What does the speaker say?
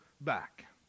back